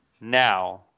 now